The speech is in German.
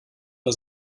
bei